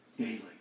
daily